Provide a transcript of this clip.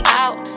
out